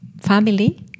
family